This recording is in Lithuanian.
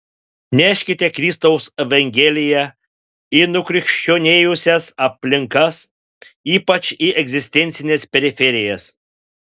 neškite kristaus evangeliją į nukrikščionėjusias aplinkas ypač į egzistencines periferijas